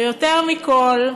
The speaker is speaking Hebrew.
ויותר מכול,